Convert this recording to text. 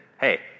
Hey